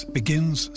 begins